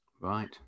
Right